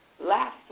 last